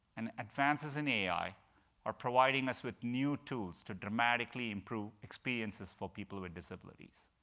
and advances in ai are providing us with new tools to dramatically improve experiences for people with disabilities.